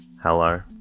Hello